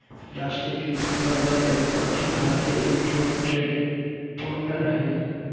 राष्ट्रीय कृषि बाजार एगो अखिल भारतीय इलेक्ट्रॉनिक ट्रेडिंग पोर्टल हइ